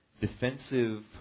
defensive